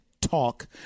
Talk